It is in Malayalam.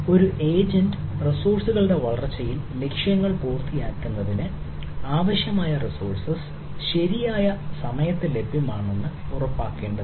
ഒരു ഏജന്റ് റിസോഴ്സ്കളുടെ ചർച്ചയിൽ ലക്ഷ്യങ്ങൾ പൂർത്തിയാക്കുന്നതിന് ആവശ്യമായ റിസോഴ്സ് ശരിയായ സമയത്ത് ലഭ്യമാണെന്ന് ഉറപ്പാക്കേണ്ടതുണ്ട്